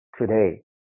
today